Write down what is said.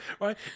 right